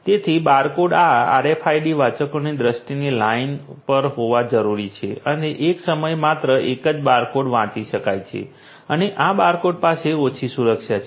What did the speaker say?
તેથી બારકોડ આ RFID વાચકોની દૃષ્ટિની લાઇન પર હોવા જરૂરી છે અને એક સમયે માત્ર એક જ બારકોડ વાંચી શકાય છે અને આ બારકોડ પાસે ઓછી સુરક્ષા છે